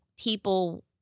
people